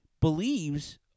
believes